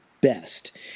best